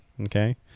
Okay